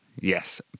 Yes